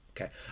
okay